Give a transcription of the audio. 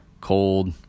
cold